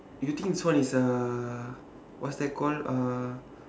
do you think this one is uh what's that called uh